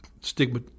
stigma